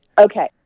Okay